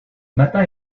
matin